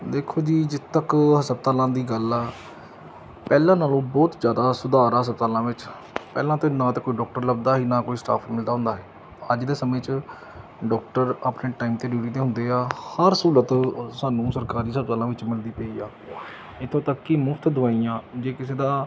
ਦੇਖੋ ਜੀ ਜਿੱਥੇ ਤੱਕ ਹਸਪਤਾਲਾਂ ਦੀ ਗੱਲ ਆ ਪਹਿਲਾਂ ਨਾਲੋਂ ਬਹੁਤ ਜ਼ਿਆਦਾ ਸੁਧਾਰ ਹਸਪਤਾਲਾਂ ਵਿੱਚ ਪਹਿਲਾਂ ਤਾਂ ਨਾਂ ਤਾਂ ਕੋਈ ਡਾਕਟਰ ਲੱਭਦਾ ਸੀ ਨਾ ਕੋਈ ਸਟਾਫ਼ ਮਿਲਦਾ ਹੁੰਦਾ ਸੀ ਅੱਜ ਦੇ ਸਮੇਂ 'ਚ ਡਾਕਟਰ ਆਪਣੇ ਟਾਈਮ 'ਤੇ ਡਿਊਟੀ 'ਤੇ ਹੁੰਦੇ ਆ ਹਰ ਸਹੂਲਤ ਸਾਨੂੰ ਸਰਕਾਰੀ ਹਸਪਤਾਲਾਂ ਵਿੱਚ ਮਿਲਦੀ ਪਈ ਆ ਇਥੋਂ ਤੱਕ ਕਿ ਮੁਫ਼ਤ ਦਵਾਈਆਂ ਜੇ ਕਿਸੇ ਦਾ